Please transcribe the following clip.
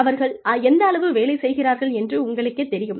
அவர்கள் எந்த அளவு வேலை செய்கிறார்கள் என்று உங்களுக்கேத் தெரியும்